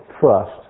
trust